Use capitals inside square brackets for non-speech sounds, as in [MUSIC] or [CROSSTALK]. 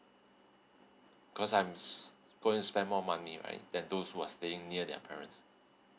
cause I'm [NOISE] going to spend more money right than those who are staying near their parents